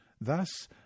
Thus